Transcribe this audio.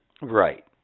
Right